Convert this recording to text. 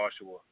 Joshua